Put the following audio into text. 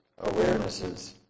awarenesses